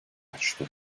açtı